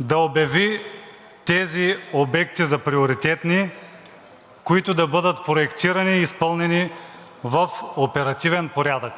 да обяви тези обекти за приоритетни, които да бъдат проектирани и изпълнени в оперативен порядък.